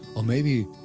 or maybe,